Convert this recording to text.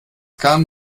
kam